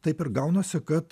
taip ir gaunasi kad